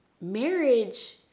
marriage